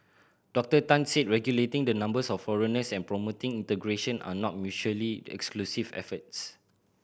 Doctor Tan said regulating the numbers of foreigners and promoting integration are not mutually exclusive efforts